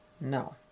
no